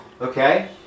Okay